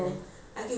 ya